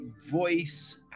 voice